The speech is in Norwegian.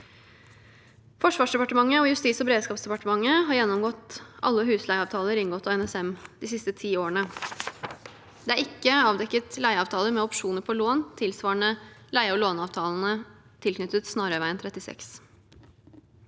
Forsvarsdepartementet og Justis- og beredskapsdepartementet har gjennomgått alle husleieavtaler inngått av NSM de siste ti årene. Det er ikke avdekket leieavtaler med opsjoner på lån tilsvarende leie- og låneavtalene tilknyttet Snarøyveien 36.